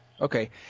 Okay